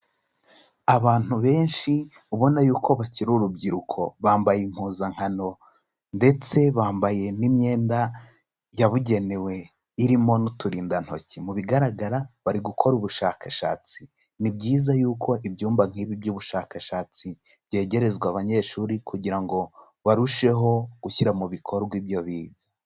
Abantu benshi ubona yuko bakiri urubyiruko, bambaye impuzankano ndetse bambaye n'imyenda yabugenewe irimo n'uturindantoki, mu bigaragara bari gukora ubushakashatsi, ni byiza yuko ibyumba nk'ibi by'ubushakashatsi byegerezwa abanyeshuri kugira ngo barusheho gushyira mu bikorwa ibyo biga.